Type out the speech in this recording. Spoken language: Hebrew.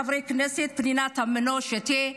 חברי הכנסת פנינה תמנו שטה,